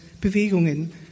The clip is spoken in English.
Bewegungen